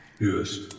Yes